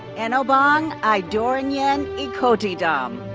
enobong idorenyin um